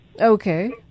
Okay